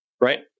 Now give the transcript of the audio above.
right